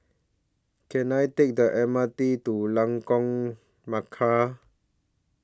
Can I Take The M R T to Lengkok Merak